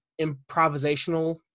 improvisational